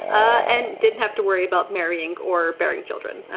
and didn't have to worry about marrying or bearing children.